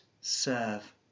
serve